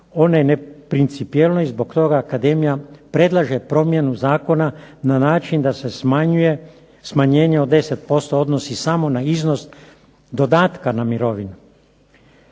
ono je neprincipijelno i zbog toga akademija predlaže promjenu zakona na način da se smanjenje od 10% odnosi samo na iznos dodatka na mirovinu.